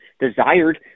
desired